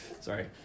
sorry